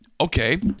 okay